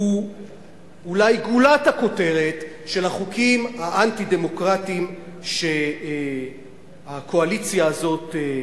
הוא אולי גולת הכותרת של החוקים האנטי-דמוקרטיים שהקואליציה הזאת,